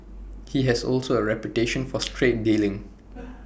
he also has A reputation for straight dealing